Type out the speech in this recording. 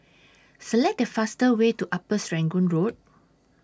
Select The fastest Way to Upper Serangoon Road